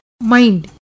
mind